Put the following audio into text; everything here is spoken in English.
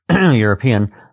European